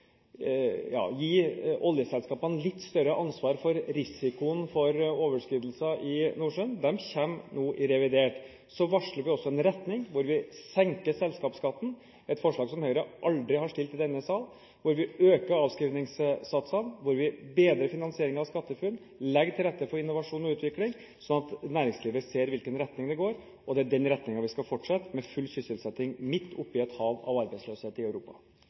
risikoen for overskridelser i Nordsjøen kommer i revidert nasjonalbudsjett. Vi varsler også en retning hvor vi senker selskapsskatten – et forslag som Høyre aldri har fremmet i denne sal – hvor vi øker avskrivningssatsene, hvor vi bedrer finansieringen av SkatteFUNN og legger til rette for innovasjon og utvikling, slik at næringslivet ser i hvilken retning det går. Det er i den retningen vi skal fortsette – med full sysselsetting midt i et hav av arbeidsløshet i Europa.